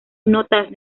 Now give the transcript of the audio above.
notas